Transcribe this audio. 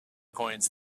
coins